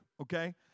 okay